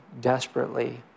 desperately